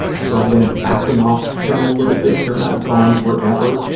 so i've been backing off them a little bit. they're not gone forever.